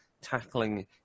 tackling